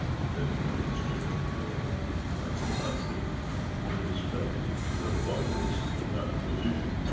depending on the strength of your amino acid in respect to the virus and that position.